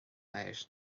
air